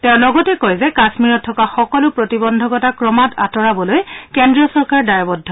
তেওঁ লগতে কয় যে কাশ্মীৰত থকা সকলো প্ৰতিবন্ধকতা ক্ৰমাৎ আঁতৰাবলৈ কেন্দ্ৰীয় চৰকাৰ দায়বদ্ধ